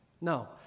No